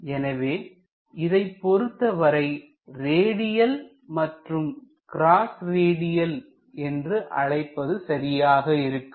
எனவே இதைப் பொருத்தவரை ரேடியல் மற்றும் கிராஸ் ரேடியல் என்று அழைப்பது சரியாக இருக்கும்